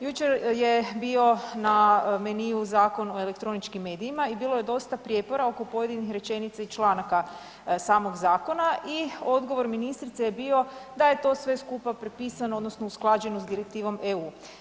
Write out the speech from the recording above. Jučer je bio na meniju Zakon o elektroničkim medijima i bilo je dosta prijepora oko pojedinih rečenica i članaka samog zakona i odgovor ministrice je bio da je to sve skupa prepisano odnosno usklađeno s direktivom EU.